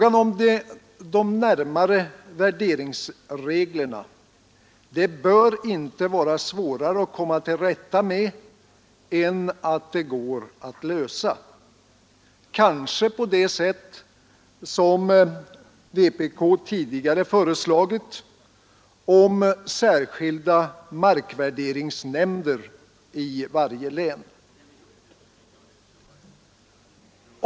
Att utforma värderingsreglerna bör inte vara svårare än att den saken skall kunna klaras — kanske på det sätt som vpk tidigare föreslagit, nämligen genom särskilda markvärderingsnämnder i varje län.